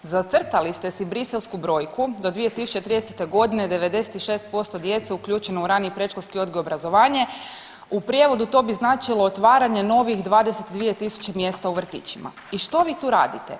Zacrtali ste si briselsku brojku do 2030.g. 96% djece uključeno u rani i predškolski odgoj i obrazovanje, u prijevodu to bi značilo otvaranje novih 22 tisuće mjesta u vrtićima i što vi tu radite?